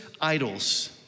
idols